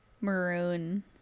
maroon